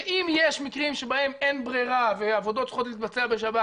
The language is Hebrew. ואם יש מקרים שבהם אין ברירה ועבודות צריכות להתבצע בשבת,